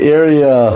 area